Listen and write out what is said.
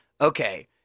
okay